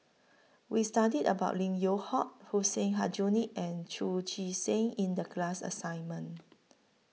We studied about Lim Yew Hock Hussein Aljunied and Chu Chee Seng in The class assignment